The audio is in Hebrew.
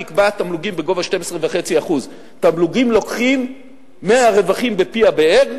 נקבעו תמלוגים בגובה 12.5%. תמלוגים לוקחים מההכנסות בפי הבאר,